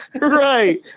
Right